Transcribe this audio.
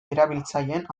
erabiltzaileen